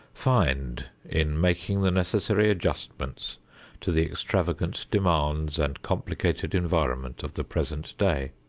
find in making the necessary adjustments to the extravagant demands and complicated environment of the present day.